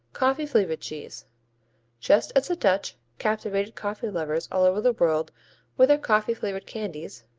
coffee-flavored cheese just as the dutch captivated coffee lovers all over the world with their coffee-flavored candies,